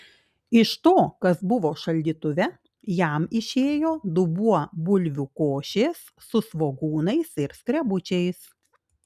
iš to kas buvo šaldytuve jam išėjo dubuo bulvių košės su svogūnais ir skrebučiais